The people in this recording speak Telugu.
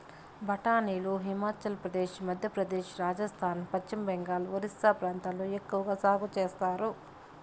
బఠానీని హిమాచల్ ప్రదేశ్, మధ్యప్రదేశ్, రాజస్థాన్, పశ్చిమ బెంగాల్, ఒరిస్సా ప్రాంతాలలో ఎక్కవగా సాగు చేత్తారు